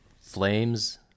Flames